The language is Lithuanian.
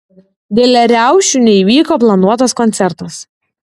dėl riaušių neįvyko planuotas koncertas